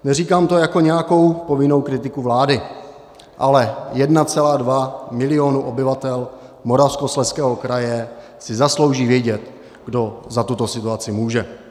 Neříkám to jako nějakou povinnou kritiku vlády, ale 1,2 milionu obyvatel Moravskoslezského kraje si zaslouží vědět, kdo za tuto situaci může.